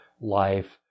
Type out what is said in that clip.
life